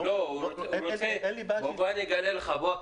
בוא אני אגלה לך.